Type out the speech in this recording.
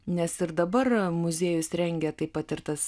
nes ir dabar muziejus rengia taip pat ir tas